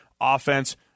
offense